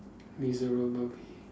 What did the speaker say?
miserable pay